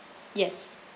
yes